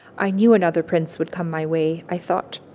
i knew another prince would come my way, i thought,